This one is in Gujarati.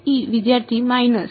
વિદ્યાર્થી માઈનસ